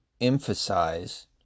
emphasize